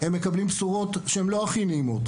הם מקבלים בשורות שהן לא הכי נעימות,